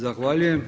Zahvaljujem.